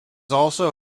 also